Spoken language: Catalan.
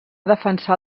defensar